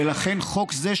ולכן חוק זה,